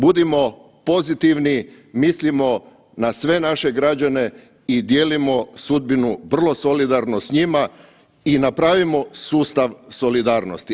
Budimo pozitivni, mislimo na sve naše građane i dijelimo sudbinu vrlo solidarnosti s njima i napravimo sustav solidarnosti.